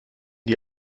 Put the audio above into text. die